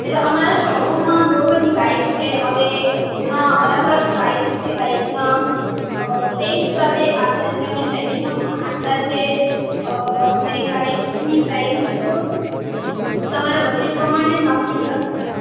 એટલે અમારા શોરૂમમાં બહુ બધી બાઇક છે ને હવે એમાં અલગ અલગ પ્રાઇસ છે બાઈકમાં તે હિસાબે આપણે સેકેન્ડમાં પણ આપતા છે નવી બાઇકની પ્રાઇસ તમારા બજેટ પ્રમાણે જ નક્કી થશે